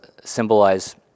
symbolize